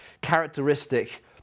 characteristic